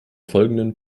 folgenden